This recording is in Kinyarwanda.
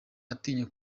atinya